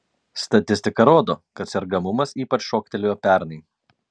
statistika rodo kad sergamumas ypač šoktelėjo pernai